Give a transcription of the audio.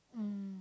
mm